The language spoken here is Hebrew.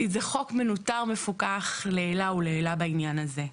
זה חוק מנוטר ומפוקח לעילא ולעילא בעניין הזה.